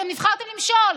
אתם נבחרתם למשול,